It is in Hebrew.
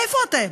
איפה אתם?